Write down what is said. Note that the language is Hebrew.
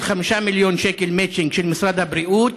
5 מיליון שקל מצ'ינג של משרד הבריאות,